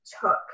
took